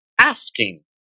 asking